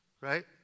Right